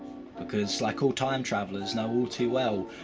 because, like all time-travellers know all too well,